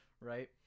right